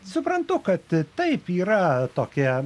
suprantu kad taip yra tokie